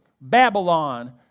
Babylon